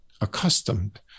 accustomed